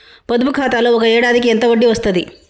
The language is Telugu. పొదుపు ఖాతాలో ఒక ఏడాదికి ఎంత వడ్డీ వస్తది?